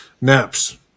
naps